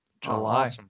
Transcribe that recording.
july